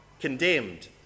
condemned